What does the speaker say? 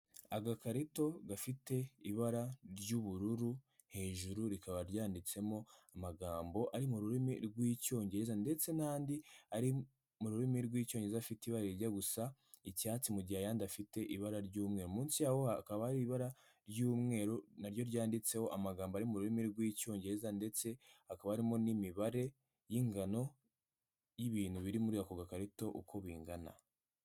Agakarito gafite ibara ry'ubururu hejuru rikaba ryanditsemo amagambo ari mu rurimi rw'icyongereza ndetse n'andi ari mu rurimi rw'icyongereza afite ibarajya gusa icyatsi mu gihe ayandi afite ibara ry'umweru, munsi yaho hakaba hari ibara ry'umweru naryo ryanditseho amagambo ari mu rurimi rw'icyongereza ndetse hakaba arimo n'imibare y'ingano y'ibintu biri muri ako gakarito uko bingana.